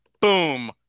boom